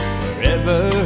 wherever